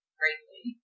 greatly